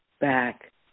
back